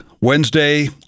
Wednesday